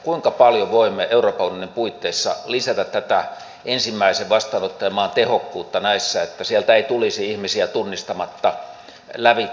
kuinka paljon voimme euroopan unionin puitteissa lisätä tätä ensimmäisen vastaanottajamaan tehokkuutta näissä että sieltä ei tulisi ihmisiä tunnistamatta lävitse